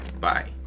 Bye